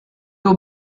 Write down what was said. too